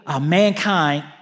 mankind